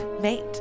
mate